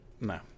No